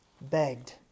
begged